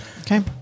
Okay